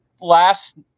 last